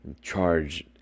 charge